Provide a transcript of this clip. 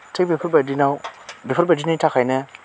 थिग बेफोरबायदिनाव बेफोरबायदिनि थाखायनो